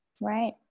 Right